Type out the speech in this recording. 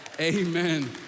amen